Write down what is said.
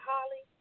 Holly